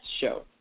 show